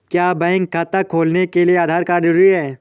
क्या बैंक खाता खोलने के लिए आधार कार्ड जरूरी है?